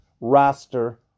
roster